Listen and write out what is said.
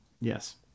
Yes